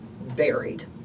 buried